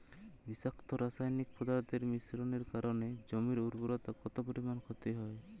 বিষাক্ত রাসায়নিক পদার্থের মিশ্রণের কারণে জমির উর্বরতা কত পরিমাণ ক্ষতি হয়?